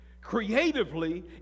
creatively